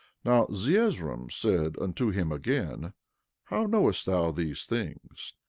now zeezrom said unto him again how knowest thou these things?